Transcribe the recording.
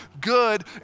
good